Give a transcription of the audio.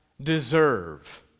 deserve